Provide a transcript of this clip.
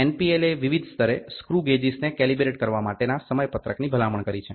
એનપીએલે વિવિધ સ્તરે સ્ક્રુગેજીસને કેલિબ્રેટ કરવા માટેના સમયપત્રક ની ભલામણ કરી છે